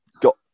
got